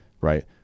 right